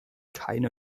keine